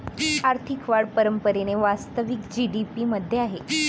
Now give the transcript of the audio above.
आर्थिक वाढ परंपरेने वास्तविक जी.डी.पी मध्ये आहे